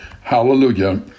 hallelujah